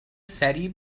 سریع